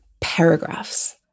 paragraphs